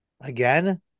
again